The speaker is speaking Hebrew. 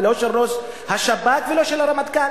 ולא של ראש השב"כ ולא של הרמטכ"ל.